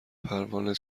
پروانه